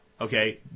okay